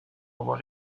avoir